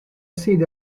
sede